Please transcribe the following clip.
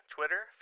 Twitter